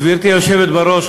גברתי היושבת-ראש,